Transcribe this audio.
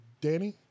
Danny